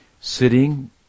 sitting